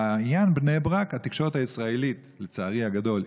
בעניין בני ברק התקשורת הישראלית, לצערי הגדול,